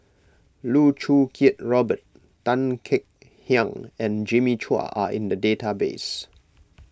Loh Choo Kiat Robert Tan Kek Hiang and Jimmy Chua are in the database